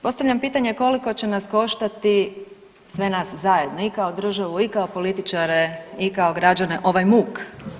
Postavljam pitanje koliko će nas koštati sve nas zajedno i kao državu i kao političare i kao građane ovaj muk?